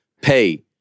pay